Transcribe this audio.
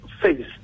face